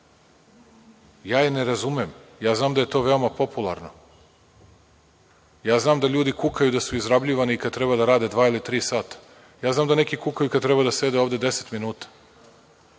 ja ih ne razumem. Ja znam da je to veoma popularno. Ja znam da ljudi kukaju da su izrabljivani i kada treba da rade dva ili tri sata. Ja znam da neki kukaju kada treba da sede ovde 10 minuta.